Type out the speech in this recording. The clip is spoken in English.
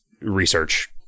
research